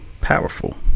Powerful